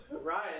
Ryan